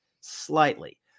slightly